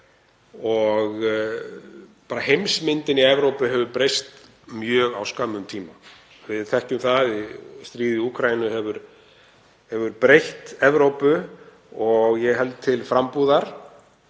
og heimsmyndin í Evrópu hefur breyst mjög á skömmum tíma. Við þekkjum það að stríðið í Úkraínu hefur breytt Evrópu að ég held til frambúðar